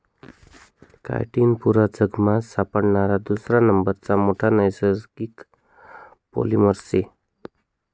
chitin पुरा जगमा सापडणारा दुसरा नंबरना मोठा नैसर्गिक पॉलिमर शे